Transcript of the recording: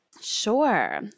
Sure